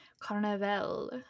Carnival